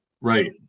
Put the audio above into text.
Right